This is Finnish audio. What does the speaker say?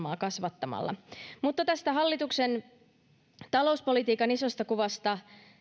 ohjelmaa kasvattamalla kannan vakavaa huolta tästä hallituksen talouspolitiikan isosta kuvasta